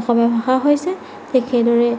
অসমীয়া ভাষা হৈছে ঠিক সেইদৰে